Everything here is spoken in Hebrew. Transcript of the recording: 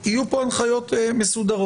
אבל כיוון שמן הסתם הוויכוח הזה יעלה,